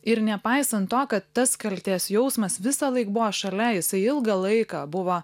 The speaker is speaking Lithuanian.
ir nepaisant to kad tas kaltės jausmas visąlaik buvo šalia jisai ilgą laiką buvo